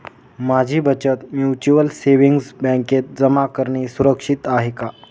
माझी बचत mutual savings बँकेत जमा करणे सुरक्षित आहे का